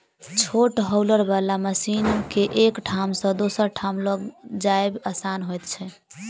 छोट हौलर बला मशीन के एक ठाम सॅ दोसर ठाम ल जायब आसान होइत छै